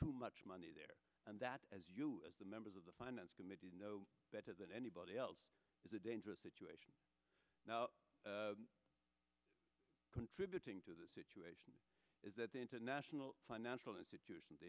much money there and that as you as the members of the finance committee know better than anybody else is a dangerous situation now contributing to the situation is that the international financial institutions